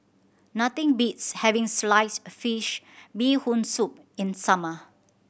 nothing beats having sliced fish Bee Hoon Soup in summer